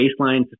baseline